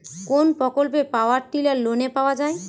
কোন প্রকল্পে power tiller লোনে পাওয়া য়ায়?